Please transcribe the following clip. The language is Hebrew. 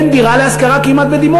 אין כמעט דירה להשכרה בדימונה.